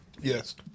Yes